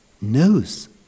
knows